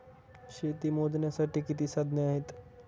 शेती मोजण्याची किती साधने आहेत?